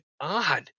on